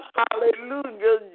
hallelujah